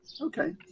Okay